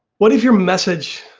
what if your message,